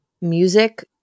music